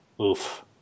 oof